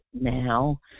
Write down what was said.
now